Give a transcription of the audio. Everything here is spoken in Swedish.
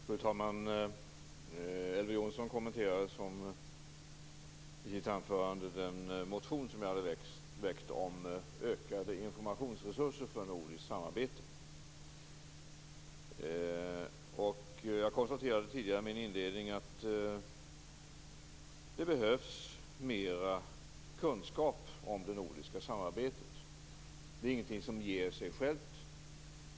Fru talman! Elver Jonsson kommenterade i ett anförande den motion som jag hade väckt om ökade informationsresurser för nordiskt samarbete. Jag konstaterade tidigare i min inledning att det behövs mera kunskap om det nordiska samarbetet. Det är inget som ger sig självt.